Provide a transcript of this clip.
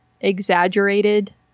exaggerated